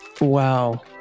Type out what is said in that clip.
wow